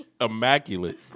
immaculate